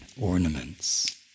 ornaments